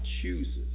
chooses